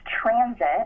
transit